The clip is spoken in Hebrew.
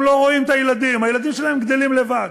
הם לא רואים את הילדים, הילדים שלהם גדלים לבד.